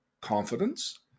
confidence